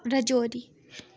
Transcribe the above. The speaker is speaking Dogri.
राजौरी